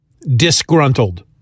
disgruntled